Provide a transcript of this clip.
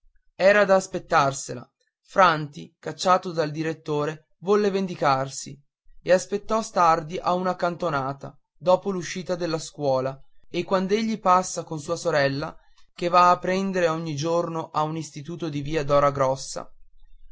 era da aspettarsela franti cacciato dal direttore volle vendicarsi e aspettò stardi a una cantonata dopo l'uscita della scuola quand'egli passa con sua sorella che va a prendere ogni giorno a un istituto di via dora grossa